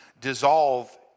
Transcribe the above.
dissolve